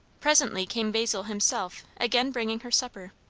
presently came basil himself, again bringing her supper.